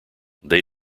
they